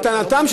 לטענתם,